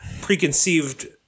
preconceived